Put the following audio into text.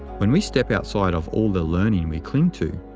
when we step outside of all the learning we cling to,